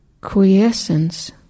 quiescence